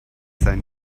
sein